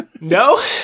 No